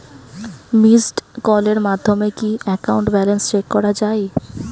Missed কলের মাধ্যমে কি একাউন্ট ব্যালেন্স চেক করা যায়?